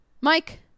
mike